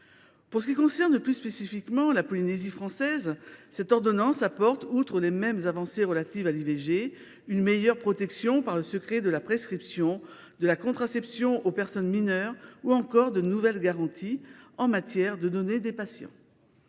Pour ce qui concerne plus spécifiquement la Polynésie française, cette ordonnance y apporte, outre les mêmes avancées relatives à l’IVG, une meilleure protection par le secret de la prescription de la contraception aux personnes mineures, ou encore de nouvelles garanties en matière de données des patients.